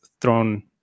thrown